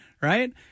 right